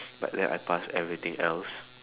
but then I passed everything else